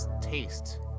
taste